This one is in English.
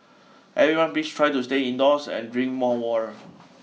everyone please try to stay indoors and drink more water